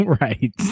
right